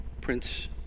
Prince